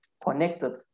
connected